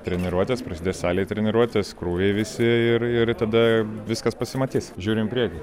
treniruotės prasidės salėj treniruotės krūviai visi ir ir tada viskas pasimatys žiūrim į priekį